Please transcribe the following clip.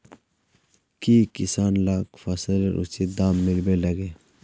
की किसान लाक फसलेर उचित दाम मिलबे लगे?